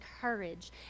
courage